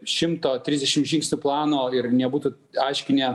šimto trisdešim žingsnių plano ir nebūtų aiškinę